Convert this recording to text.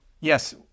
Yes